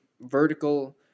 vertical